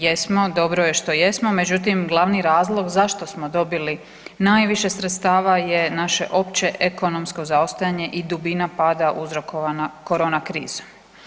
Jesmo, dobro je što jesmo međutim glavni razlog zašto smo dobili najviše sredstava je naše opće ekonomsko zaostajanje i dubina pada uzrokovana korona krizom.